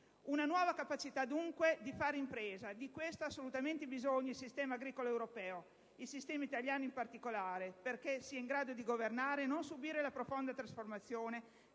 una nuova capacità di fare impresa. Di questo ha assolutamente bisogno il sistema agricolo europeo, il sistema italiano in particolare, perché sia in grado di governare e non subire la profonda trasformazione